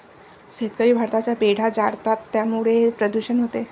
शेतकरी भाताचा पेंढा जाळतात त्यामुळे प्रदूषण होते